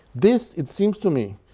this, it seems to me,